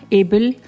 able